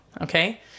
Okay